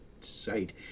site